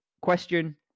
question